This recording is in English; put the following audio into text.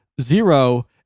zero